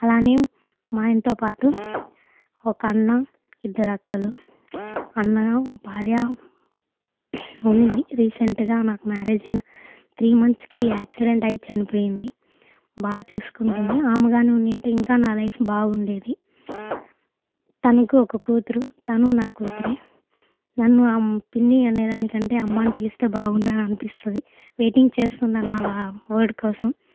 అలానే మా ఆయనతోపాటు ఒక అన్న ఇద్దరు అక్కలు అన్న భార్య ఉండింది రీసెంట్గా నాకు మ్యారేజ్ అయిన త్రీ మంత్స్కి యాక్సిడెంట్ అయ్యి చనిపోయింది బాగా చూసుకుంటుంది ఆమె కాని ఉంటే ఇంకా నా లైఫ్ బాగా ఉండేది తనకు ఒక కూతురు తను నా కూతురే నన్ను పిన్ని అనే దానికంటే అమ్మ అని పిలిస్తే బాగుండు అని అనిపిస్తుంది వెయిటింగ్ చేస్తున్నాను ఆ వర్డ్ కోసం